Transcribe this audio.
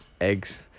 Eggs